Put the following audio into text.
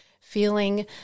feeling